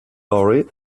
laurie